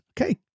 okay